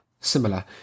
similar